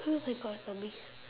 who's he got for me